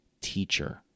teacher